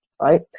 right